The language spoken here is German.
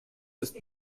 ist